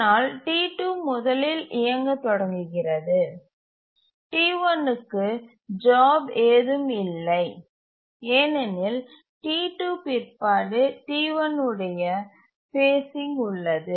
ஆனால் T2 முதலில் இயங்கத் தொடங்குகிறது T1 க்கு ஜாப் ஏதும் இல்லை ஏனெனில் T2 பிற்பாடு T1 உடைய ஃபேஸிங் உள்ளது